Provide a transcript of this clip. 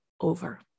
over